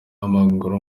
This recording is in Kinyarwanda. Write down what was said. w’amaguru